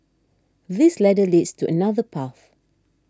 this ladder leads to another path